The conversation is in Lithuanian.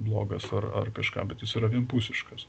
blogas ar ar kažką bet jis yra vienpusiškas